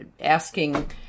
asking